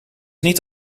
niet